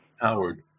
Howard